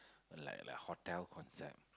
like like hotel concept